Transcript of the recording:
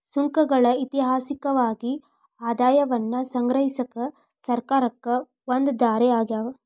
ಸುಂಕಗಳ ಐತಿಹಾಸಿಕವಾಗಿ ಆದಾಯವನ್ನ ಸಂಗ್ರಹಿಸಕ ಸರ್ಕಾರಕ್ಕ ಒಂದ ದಾರಿ ಆಗ್ಯಾದ